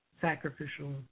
sacrificial